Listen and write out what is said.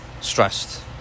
stressed